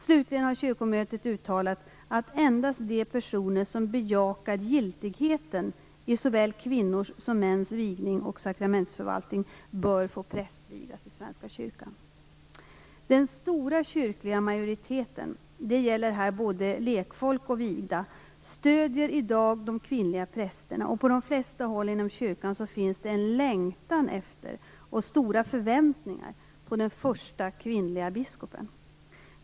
Slutligen har kyrkomötet uttalat att endast de personer som bejakar giltigheten i såväl kvinnors som mäns vigning och sakramentsförvaltning bör få prästvigas i Svenska kyrkan. Den stora kyrkliga majoriteten - det gäller här både lekfolk och vigda - stöder i dag de kvinnliga prästerna. På de flesta håll inom kyrkan finns det en längtan efter och stora förväntningar på den första kvinnliga biskopen.